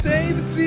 David